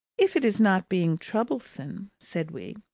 if it is not being troublesome, said we.